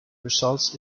results